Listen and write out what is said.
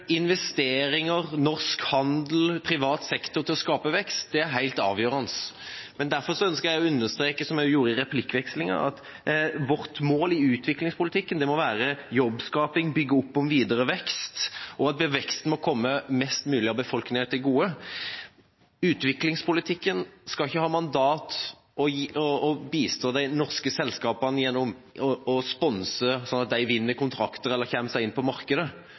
investeringer, norsk handel, privat sektor til å skape vekst er helt avgjørende. Derfor ønsker jeg å understreke, som jeg gjorde i replikkvekslinga med utenriksministeren, at vårt mål i utviklingspolitikken må være jobbskaping, bygge opp om videre vekst, og at den veksten må komme størstedelen av befolkninga til gode. Utviklingspolitikken skal ikke ha som mandat å bistå de norske selskapene gjennom sponsing, slik at de vinner kontrakter eller kommer seg inn på markedet.